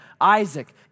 Isaac